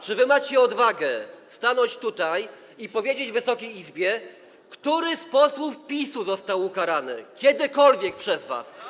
Czy wy macie odwagę stanąć tutaj i powiedzieć Wysokiej Izbie, który z posłów PiS-u został ukarany kiedykolwiek przez was.